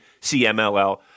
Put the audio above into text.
CMLL